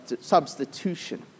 substitution